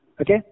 Okay